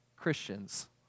Christians